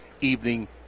evening